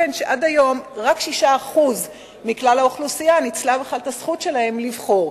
שעד היום רק 6% מכלל האוכלוסייה ניצלו את הזכות שלהם לבחור.